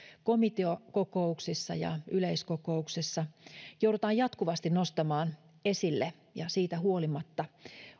komiteakokouksissa ja yleiskokouksessa joudutaan jatkuvasti nostamaan esille ja siitä huolimatta